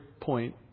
point